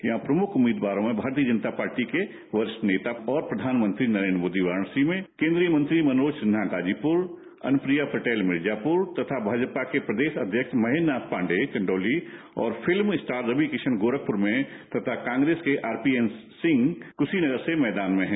यहां प्रमुख उम्मीदवारों में भारतीय जनता पार्टी के वरिष्ठ नेता और प्रधानमंत्री नरेंद्र मोदी वाराणसी में केंद्रीय मंत्री मनोज सिन्हा गाजीपुर अनुप्रिया पटेल मिर्जापुर तथा भाजपा के प्रदेश अध्यक्ष महेंद्र नाथ पांडे चंदौली और फिल्म स्टार रवि किशन गोरखपुर में तथा कांग्रेस के आरपीएन सिंह कुशीनगर से मैदान में हैं